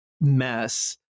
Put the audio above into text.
mess